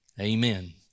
amen